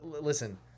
Listen